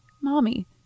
Mommy